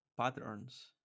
patterns